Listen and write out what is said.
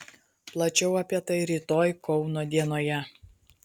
plačiau apie tai rytoj kauno dienoje